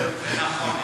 אתה יודע.